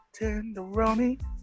Tenderoni